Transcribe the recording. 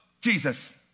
Jesus